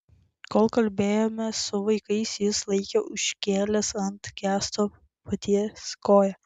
kol kalbėjomės su vaikais jis laikė užkėlęs ant kęsto peties koją